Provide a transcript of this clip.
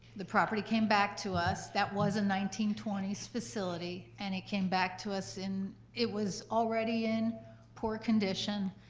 the property came back to us. that was a nineteen twenty s facility, and it came back to us, it was already in poor condition,